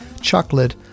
chocolate